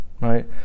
Right